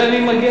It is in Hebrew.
ולזה אני מגיע.